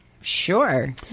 sure